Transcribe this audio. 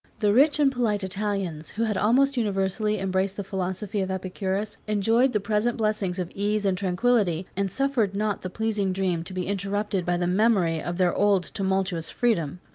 the rich and polite italians, who had almost universally embraced the philosophy of epicurus, enjoyed the present blessings of ease and tranquillity, and suffered not the pleasing dream to be interrupted by the memory of their old tumultuous freedom.